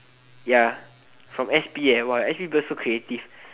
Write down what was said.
ya from s_p eh !wah! s_p people so creative